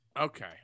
Okay